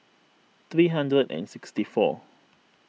three hundred and sixty four